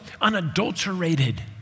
unadulterated